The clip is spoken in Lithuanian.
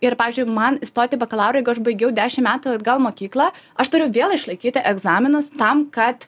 ir pavyzdžiui man įstoti į bakalaurą jeigu aš baigiau dešim metų atgal mokyklą aš turiu vėl išlaikyti egzaminus tam kad